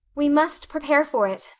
we must prepare for it,